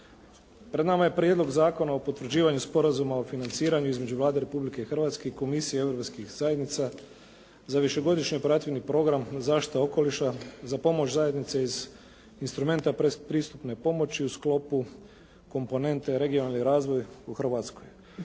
Pred nama je Prijedlog Zakona o potvrđivanju sporazuma o financiranju između Vlade Republike Hrvatske i komisije europskih zajednica za višegodišnji operativni program Zaštita okoliša, za pomoć zajednice iz instrumenta predpristupne pomoći u sklopu komponente regionalni razvoj u Hrvatskoj.